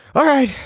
all right.